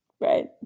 right